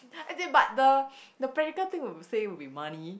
as in but the the practical thing will be say it will money